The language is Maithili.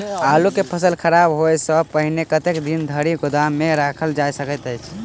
आलु केँ फसल खराब होब सऽ पहिने कतेक दिन धरि गोदाम मे राखल जा सकैत अछि?